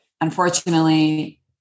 unfortunately